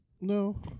No